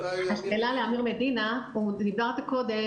דיברת קודם,